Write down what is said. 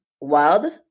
wild